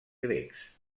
grecs